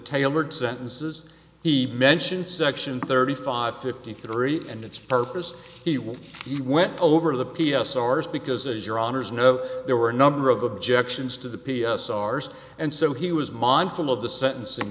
tailored sentences he mentioned section thirty five fifty three and it's purpose he will he went over the p s r s because as your honour's know there were a number of objections to the p s r s and so he was mindful of the sentencing